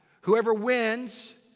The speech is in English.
whoever wins.